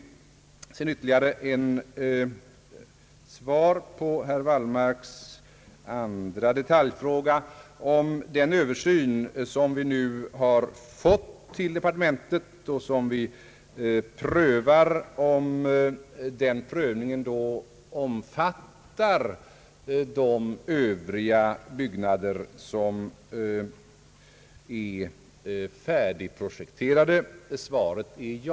Sedan vill jag ge ytterligare ett svar på herr Wallmarks andra detaljfråga. Han frågade om den prövning vi gör i departementet — av det material om översyn vi får del av — också omfattar de övriga byggnader som är färdigprojekterade. Svaret är: Ja!